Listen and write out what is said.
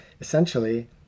Essentially